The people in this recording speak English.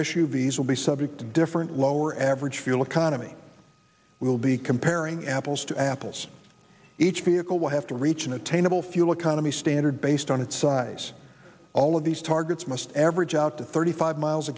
v s will be subject to different lower average fuel economy will be comparing apples to apples each vehicle will have to reach an attainable fuel economy standards based on its size all of these targets must average out to thirty five miles a